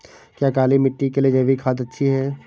क्या काली मिट्टी के लिए जैविक खाद अच्छी है?